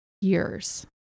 years